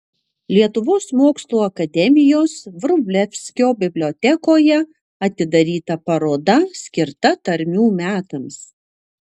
lietuvos mokslų akademijos vrublevskio bibliotekoje atidaryta paroda skirta tarmių metams